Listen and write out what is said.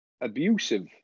abusive